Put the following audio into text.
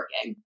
working